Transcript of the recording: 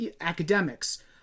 academics